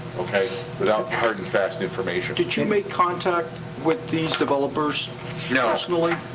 okay, without hard and fast information. did you make contact with these developers yeah personally?